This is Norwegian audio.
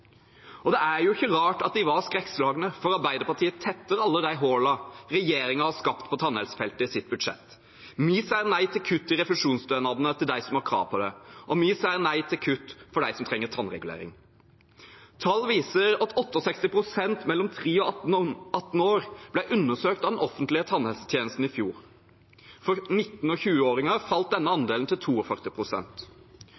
Og det er jo ikke rart at de var skrekkslagne, for Arbeiderpartiet tetter alle de hullene regjeringen har skapt på tannhelsefeltet, i sitt budsjett. Vi sier nei til kutt i refusjonsstønadene til dem som har krav på det, og vi sier nei til kutt for dem som trenger tannregulering. Tall viser at 68 pst. av dem mellom 3 og 18 år ble undersøkt av den offentlige tannhelsetjenesten i fjor. For 19- og 20-åringer falt denne